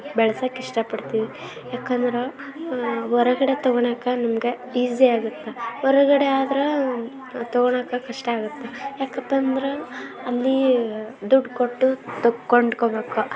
ಬೆಳ್ಸೋಕ್ ಇಷ್ಟಪಡ್ತೀವಿ ಯಾಕಂದ್ರೆ ಹೊರಗಡೆ ತಗೊಳೋಕೆ ನಮ್ಗೆ ಈಝಿಯಾಗುತ್ತೆ ಹೊರಗಡೆ ಆದ್ರೆ ಅದು ತಗೊಳೋಕೆ ಕಷ್ಟಾಗುತ್ತೆ ಯಾಕಪ್ಪಂದ್ರೆ ಅಲ್ಲಿ ದುಡ್ಡು ಕೊಟ್ಟು ತೊ ಕೊಂಡ್ಕೊಬೇಕು